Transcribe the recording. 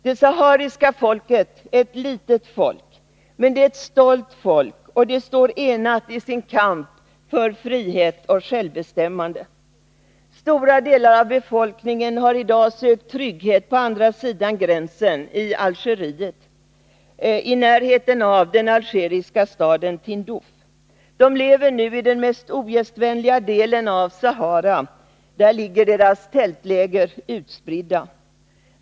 Det sahariska folket är ett litet folk, men det är ett stolt folk. Det står enat i sin kamp för frihet och självbestämmande. Stora delar av befolkningen har i dag sökt trygghet på andra sidan gränsen till Algeriet, i närheten av den algeriska staden Tindouf. De lever nu i den mest ogästvänliga delen av Sahara. Där ligger deras tältläger utspridda.